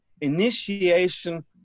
initiation